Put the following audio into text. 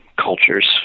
cultures